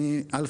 א',